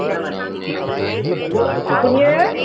नमस्ते वह सुनिए